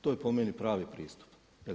To je po meni pravi pristup.